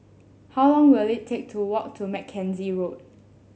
how long will it take to walk to Mackenzie Road